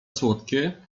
słodkie